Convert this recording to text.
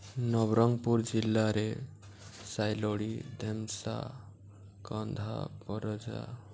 ନବରଙ୍ଗପୁର ଜିଲ୍ଲାରେ ସାଇଲୋଡ଼ି ଢେମ୍ସା କନ୍ଧ ପରଜା